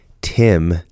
Tim